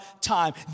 time